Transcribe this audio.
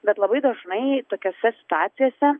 bet labai dažnai tokiose situacijose